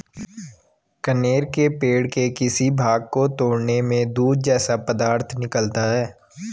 कनेर के पेड़ के किसी भाग को तोड़ने में दूध जैसा पदार्थ निकलता है